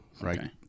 right